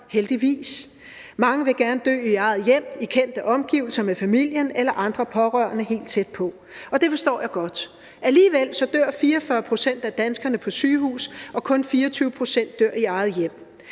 Mange vil gerne dø i eget hjem i kendte omgivelser med familien eller andre pårørende helt tæt på, og det forstår jeg godt. Alligevel dør 44 pct. af danskerne på sygehus, og kun 24 pct. dør i eget hjem.